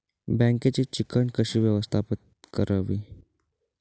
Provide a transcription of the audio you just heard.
बँकेची चिकण कशी व्यवस्थापित करावी?